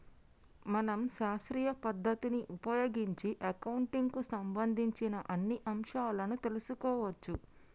మనం శాస్త్రీయ పద్ధతిని ఉపయోగించి అకౌంటింగ్ కు సంబంధించిన అన్ని అంశాలను తెలుసుకోవచ్చు